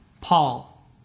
Paul